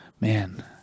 Man